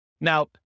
Now